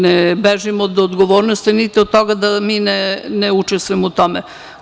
Ne bežim od odgovornosti niti od toga da mi ne učestvujemo u tome.